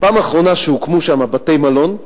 בפעם האחרונה שהוקמו שם בתי-מלון,